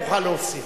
תוכל להוסיף.